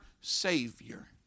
Savior